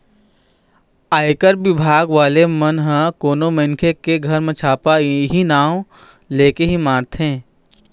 आयकर बिभाग वाले मन ह कोनो मनखे के घर म छापा इहीं नांव लेके ही मारथे